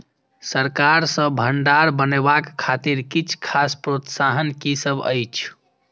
सरकार सँ भण्डार बनेवाक खातिर किछ खास प्रोत्साहन कि सब अइछ?